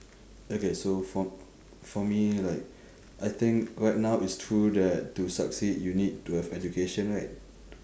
okay so for for me like I think right now it's true that to succeed you need to have education right